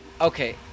Okay